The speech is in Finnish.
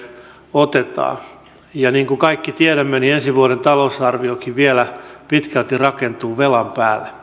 otetaan ja niin kuin kaikki tiedämme ensi vuoden talousarviokin vielä pitkälti rakentuu velan päälle